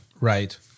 Right